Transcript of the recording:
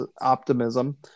optimism